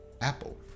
Apple